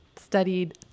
studied